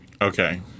Okay